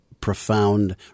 profound